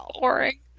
boring